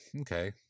Okay